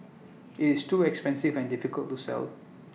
IT is too expensive and difficult to sell